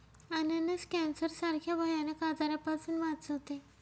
अननस कॅन्सर सारख्या भयानक आजारापासून वाचवते